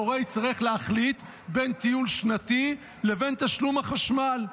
והורה צריך להחליט בין טיול שנתי לבין תשלום החשמל.